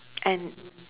and